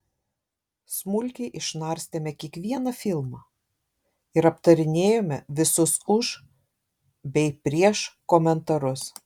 smulkiai išnarstėme kiekvieną filmą ir aptarinėjome visus už bei prieš komentarus